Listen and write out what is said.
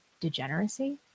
degeneracy